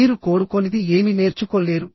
మీరు కోరుకోనిది ఏమీ నేర్చుకోలేరు